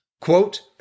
Quote